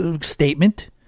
statement